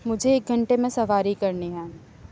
مجھے ایک گھنٹے میں سواری کرنی ہے